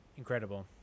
Incredible